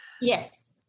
Yes